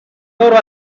loro